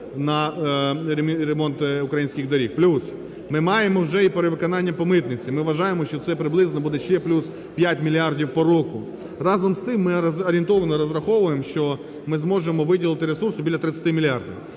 на ремонт українських доріг, плюс ми маємо вже і перевиконання по митниці, ми вважаємо, що це приблизно буде ще плюс 5 мільярдів по року. Разом з тим ми орієнтовно розраховуємо, що ми зможемо виділити ресурсу біля 30 мільярдів.